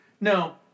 no